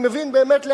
ואני מבין באמת,